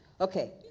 Okay